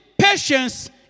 patience